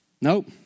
nope